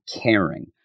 caring